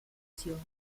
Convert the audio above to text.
stazione